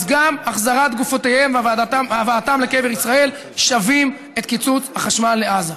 אז גם החזרת גופותיהם והבאתן לקבר ישראל שוות את קיצוץ החשמל לעזה.